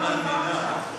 אבל איזו הגייה מרנינה.